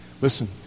Listen